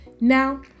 Now